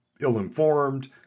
ill-informed